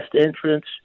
entrance